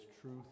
truth